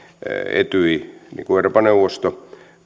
etyj niin kuin euroopan neuvosto